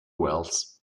wells